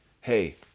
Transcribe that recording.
Hey